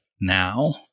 now